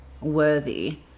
worthy